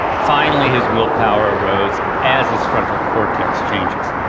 finally his willpower erodes as his frontal cortex changes.